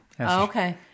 Okay